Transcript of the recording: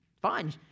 fine